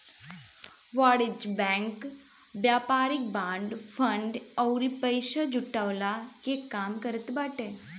वाणिज्यिक बैंक व्यापारिक bond, fund अउरी पईसा जुटवला के काम करत बाटे